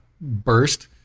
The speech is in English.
burst